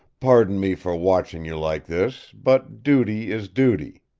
pardon me for watching you like this, but duty is duty.